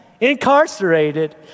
incarcerated